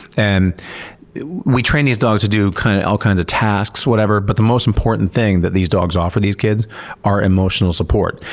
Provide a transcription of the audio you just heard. and we train these dogs to do kind of all kinds of tasks, but the most important thing that these dogs offer these kids are emotional support.